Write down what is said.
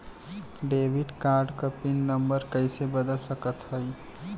Debit card क PIN number कइसे बदल सकत हई?